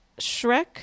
Shrek